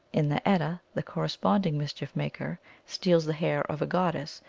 in the edda, the corresponding mischief maker steals the hair of a goddess,